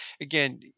again